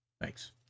Thanks